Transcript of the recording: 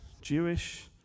Jewish